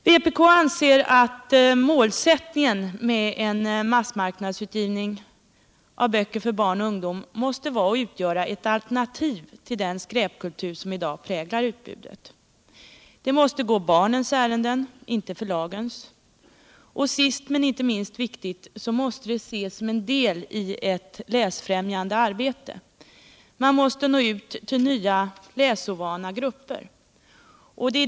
än Ypk anser att målsättningen med en massmarknadsutgivning av böcker för barn och ungdom måste vara att den skall utgöra ett alternativ till den skräpkultur som i dag präglar utbudet. Den måste gå barnens ärenden — inte förlagens. Sist men inte minst viktigt är att den måste ses som cen del i ett Kästfriämjande arbete. Man måste nå ut till nya läsovana grupper.